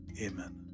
Amen